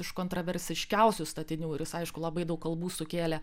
iš kontroversiškiausių statinių ir jis aišku labai daug kalbų sukėlė